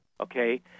okay